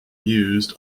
used